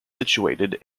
situated